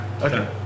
Okay